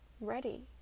ready